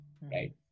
right